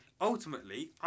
ultimately